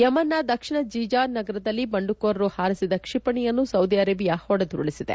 ಯೆಮನ್ನ ದಕ್ಷಿಣ ಜಿಜಾನ್ ನಗರದಲ್ಲಿ ಬಂಡುಕೋರರು ಹಾರಿಸಿದ ಕ್ಷಿಪಣಿಯನ್ನು ಸೌದಿ ಅರೇಬಿಯಾ ಹೊಡೆದುರುಳಿಸಿದೆ